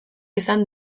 izan